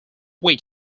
week